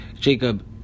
Jacob